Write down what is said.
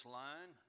line